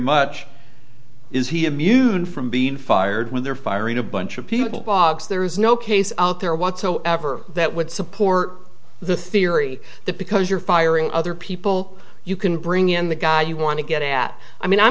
much is he amused from being fired when they're firing a bunch of people boggs there is no case out there whatsoever that would support the theory that because you're firing other people you can bring in the guy you want to get at i mean i'm